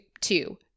two